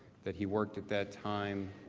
that he worked at that time.